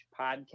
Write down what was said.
podcast